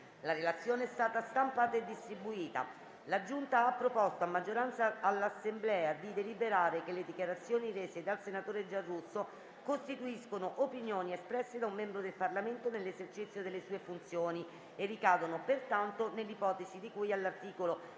elezioni e delle immunità parlamentari ha proposto, a maggioranza, all'Assemblea di deliberare che le dichiarazioni rese dal senatore Mario Michele Giarrusso costituiscono opinioni espresse da un membro del Parlamento nell'esercizio delle sue funzioni e ricadono pertanto nell'ipotesi di cui all'articolo